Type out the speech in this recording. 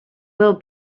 will